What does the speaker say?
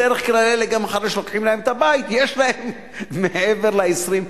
בדרך כלל גם אחרי שלוקחים לו את הבית יש לו מעבר ל-20.